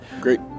Great